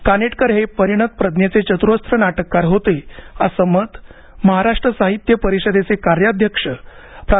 कानेटकर हे परिणत प्रज्ञेचे चत्रस्न नाटककार होते असे मत महाराष्ट्र साहित्य परिषदेचे कार्याध्यक्ष प्रा